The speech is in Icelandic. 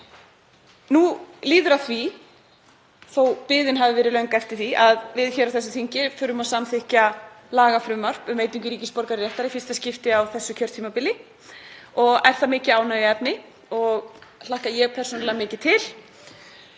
Nú líður að því, þótt biðin hafi verið löng, að við hér á þingi förum að samþykkja lagafrumvarp um veitingu ríkisborgararéttar í fyrsta skipti á þessu kjörtímabili og er það mikið ánægjuefni og hlakka ég mikið til.